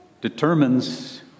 determines